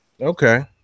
Okay